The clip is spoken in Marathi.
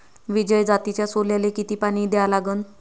विजय जातीच्या सोल्याले किती पानी द्या लागन?